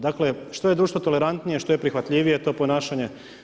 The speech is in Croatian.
Dakle što je društvo tolerantnije, što je prihvatljivije to ponašanje.